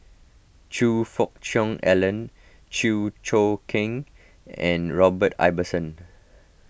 Choe Fook Cheong Alan Chew Choo Keng and Robert Ibbetson